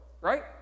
right